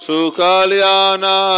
Sukalyana